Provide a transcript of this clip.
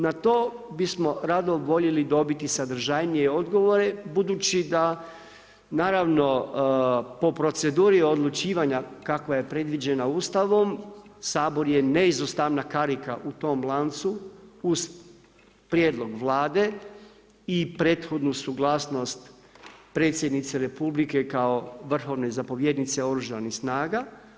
Na to bismo rado voljeli dobiti sadržajnije odgovore budući da naravno po proceduri odlučivanja kakva je predviđena Ustavom Sabor je neizostavna karika u tom lancu uz prijedlog Vlade i prethodnu suglasnost predsjednice Republike kao vrhovne zapovjednice oružanih snaga.